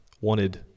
wanted